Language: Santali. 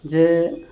ᱡᱮ